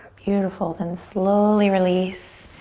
beautiful, then slowly release.